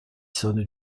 sonne